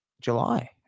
July